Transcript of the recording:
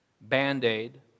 band-aid